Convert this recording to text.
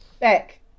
back